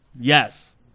Yes